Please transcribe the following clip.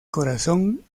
corazón